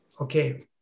okay